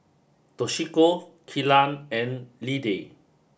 Toshiko Kelan and Lidie